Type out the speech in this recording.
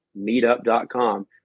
Meetup.com